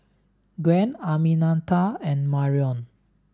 Gwen Arminta and Marrion